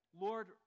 Lord